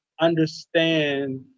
understand